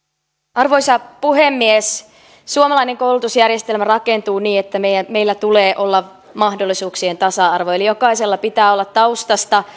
arvoisa puhemies suomalainen koulutusjärjestelmä rakentuu niin että meillä tulee olla mahdollisuuksien tasa arvo eli jokaisella pitää olla taustasta